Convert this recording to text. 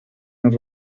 and